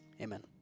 Amen